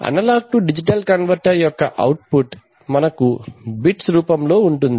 analogue to digital converter యొక్క output మనకు bits రూపంలో ఉంటుంది